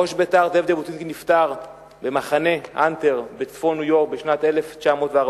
ראש בית"ר זאב ז'בוטינסקי נפטר ב"מחנה האנטר" בצפון ניו-יורק בשנת 1940,